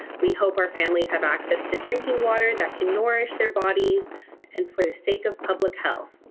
we hope our families have access to drinking water that can nourish their bodies and for the sake of public health.